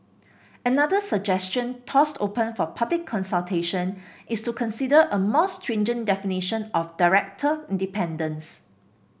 another suggestion tossed open for public consultation is to consider a more stringent definition of director independence